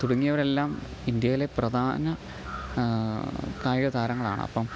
തുടങ്ങിയവരെല്ലാം ഇന്ത്യയിലെ പ്രധാന കായിക താരങ്ങളാണ് അപ്പോള്